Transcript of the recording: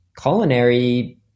culinary